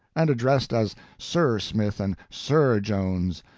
and addressed as sir smith, and sir jones,